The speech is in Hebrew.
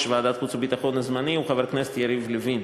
ועדת החוץ והביטחון הזמנית הוא חבר הכנסת יריב לוין.